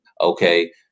okay